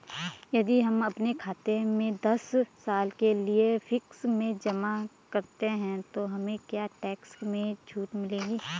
यदि हम अपने खाते से दस साल के लिए फिक्स में जमा करते हैं तो हमें क्या टैक्स में छूट मिलेगी?